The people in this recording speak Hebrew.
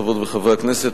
חברות וחברי הכנסת,